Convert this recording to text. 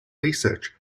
research